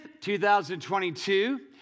2022